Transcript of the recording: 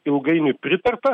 ilgainiui pritarta